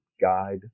guide